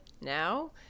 now